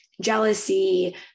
jealousy